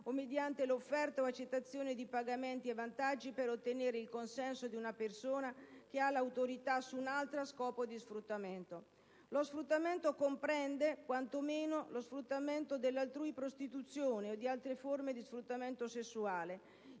o mediante l'offerta o accettazione di pagamenti e vantaggi per ottenere il consenso di una persona che ha l'autorità su un'altra a scopo di sfruttamento». Lo sfruttamento comprende, quanto meno, lo sfruttamento dell'altrui prostituzione o di altre forme di sfruttamento sessuale,